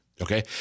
Okay